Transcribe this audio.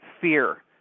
fear